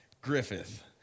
Griffith